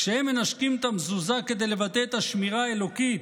שהם מנשקים את המזוזה כדי לבטא את השמירה האלוקית,